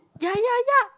yeah yeah yeah